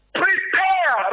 prepare